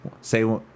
say